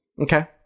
Okay